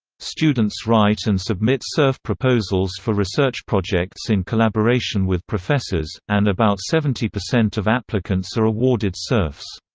students write and submit surf proposals for research projects in collaboration with professors, and about seventy percent of applicants are awarded surfs.